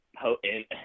potent